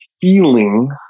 feeling